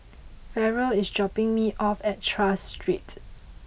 Farrell is dropping me off at Tras Street